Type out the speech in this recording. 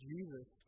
Jesus